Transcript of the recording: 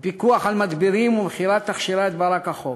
ובפיקוח על מדבירים ומכירת תכשירי הדברה כחוק.